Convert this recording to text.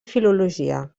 filologia